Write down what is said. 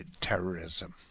terrorism